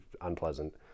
unpleasant